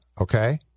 okay